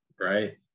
right